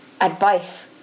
advice